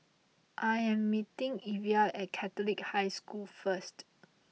I am meeting Evia at Catholic High School first